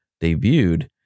debuted